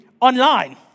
online